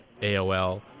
aol